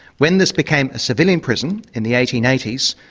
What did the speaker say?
when this became a civilian prison in the eighteen eighty s,